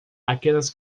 aquelas